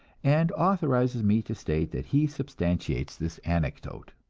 and authorizes me to state that he substantiates this anecdote.